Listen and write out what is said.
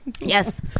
Yes